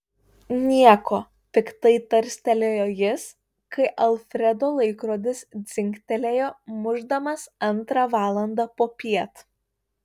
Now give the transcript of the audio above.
nieko piktai tarstelėjo jis kai alfredo laikrodis dzingtelėjo mušdamas antrą valandą popiet